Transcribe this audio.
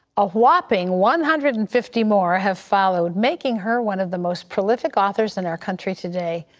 a whopping one hundred and fifty more have followed making her one of the most prolific authors in our country today.